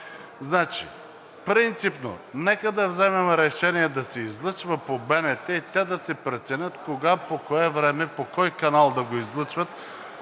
принципно, нека да вземем решение да се излъчва по БНТ и те да си преценят кога, по кое време, по кой канал да го излъчват.